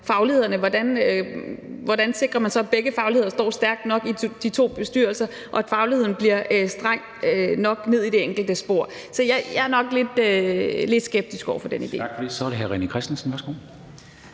hvordan man så sikrer, at begge fagligheder står stærkt nok i de to bestyrelser, og at fagligheden bliver stærk nok i begge spor. Så jeg er nok lidt skeptisk over for den idé. Kl. 11:52 Formanden